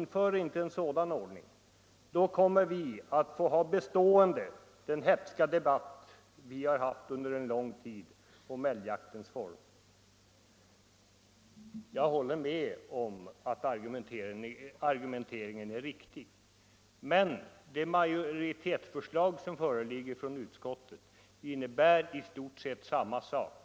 Inför inte en sådan ordning, sade man, för då kommer vi att ha bestående den hätska debatt om älgjaktens former som vi har haft under lång tid. Jag håller med om att den argumenteringen är riktig. Men det majoritetsförslag som föreligger från utskottet innebär i stort sett samma sak.